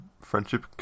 friendship